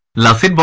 lesser